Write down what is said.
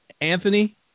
Anthony